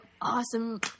awesome